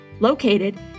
located